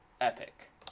epic